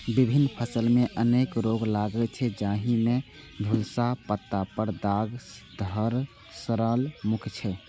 विभिन्न फसल मे अनेक रोग लागै छै, जाहि मे झुलसा, पत्ता पर दाग, धड़ सड़न मुख्य छै